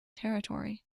territory